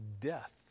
death